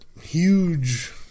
huge